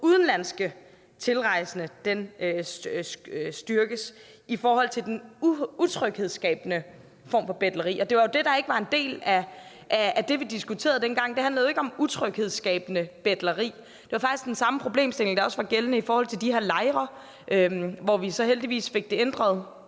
udenlandske tilrejsende styrkes i forhold til den utryghedsskabende form for betleri. Det var jo det, der ikke var en del af det, vi diskuterede dengang. Det handlede jo ikke om utryghedsskabende betleri. Det var faktisk den samme problemstilling, der også var gældende i forhold til de her lejre, hvor vi så heldigvis fik det ændret,